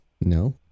No